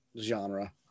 genre